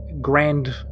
grand